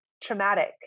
traumatic